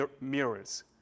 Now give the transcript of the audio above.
mirrors